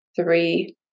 three